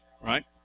right